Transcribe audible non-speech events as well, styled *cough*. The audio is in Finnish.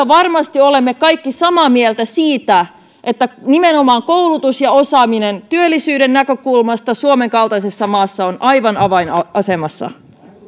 *unintelligible* varmasti olemme kaikki samaa mieltä siitä että nimenomaan koulutus ja osaaminen työllisyyden näkökulmasta suomen kaltaisessa maassa ovat aivan avainasemassa